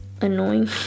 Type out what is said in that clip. annoying